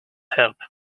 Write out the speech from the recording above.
help